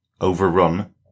overrun